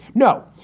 no,